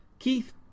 Keith